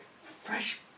fresh